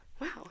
Wow